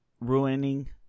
Ruining